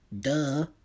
Duh